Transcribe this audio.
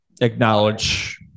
acknowledge